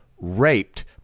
raped